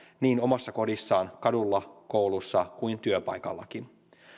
niin omassa kodissaan kadulla koulussa kuin työpaikallakin